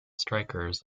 strikers